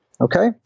Okay